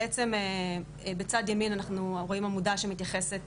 בעצם בצד ימין אנחנו רואים עמודה שמתייחסת